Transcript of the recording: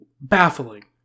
Baffling